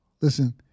listen